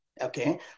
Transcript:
Okay